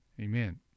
Amen